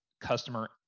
customer